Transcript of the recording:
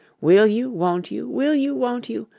will you, won't you, will you, won't you,